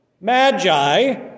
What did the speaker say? Magi